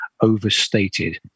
overstated